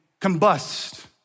combust